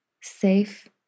safe